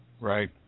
Right